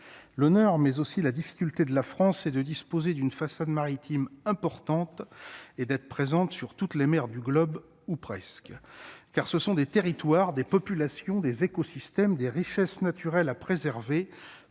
l'honneur, mais aussi la difficulté de la France et de disposer d'une façade maritime importante et d'être présente sur toutes les mers du globe, ou presque, car ce sont des territoires, des populations des écosystèmes des richesses naturelles à préserver